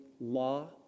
Law